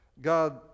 God